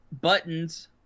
buttons